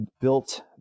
built